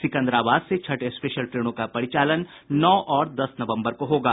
सिकंदराबाद से छठ स्पेशल ट्रेनों का परिचालन नौ और दस नवम्बर को होगा